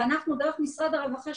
ואנחנו דרך משרד הרווחה,